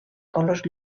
colors